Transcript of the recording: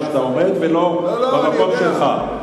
גם כי אתה עומד ולא במקום שלך.